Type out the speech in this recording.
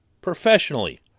professionally